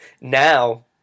now